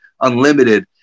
Unlimited